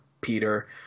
Peter